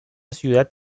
ciudad